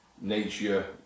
nature